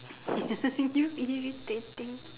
you irritating